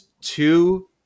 two